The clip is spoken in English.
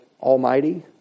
Almighty